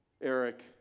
eric